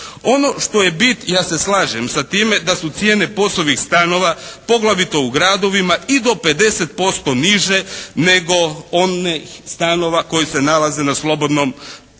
Ono što je bit ja se slažem sa time da su cijene POS-ovih stanova poglavito u gradovima i do 50% niže nego onih stanova koji se nalaze na slobodnom tržištu.